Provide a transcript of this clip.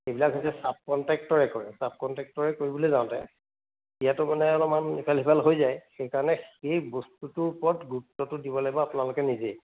এইবিলাক হৈছে ছাব কনট্ৰেক্টৰে কৰে ছাব কনট্ৰেক্টৰে কৰিবলৈ যাওঁতে ইয়াতো মানে অলপমান ইফাল সিফাল হৈ যায় সেইকাৰণে সেই বস্তুটোৰ ওপৰত গুৰুত্বটো দিব লাগিব আপোনালোকে নিজেই